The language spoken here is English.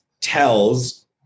tells